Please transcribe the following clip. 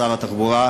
שר התחבורה,